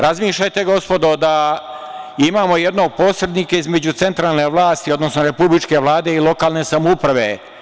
Razmišljajte, gospodo, da imamo jednog posrednika između centralne vlasti, odnosno republičke Vlade i lokalne samouprave.